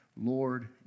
Lord